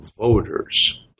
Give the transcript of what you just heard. Voters